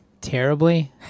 terribly